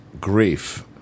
grief